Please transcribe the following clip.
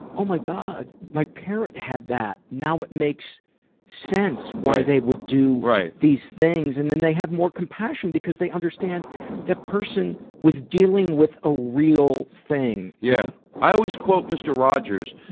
oh, my god, my parent had that. now it makes sense why they would do these things. and then they have more compassion because they understand that person was dealing with a real thing. yeah. i always quote mr. rogers,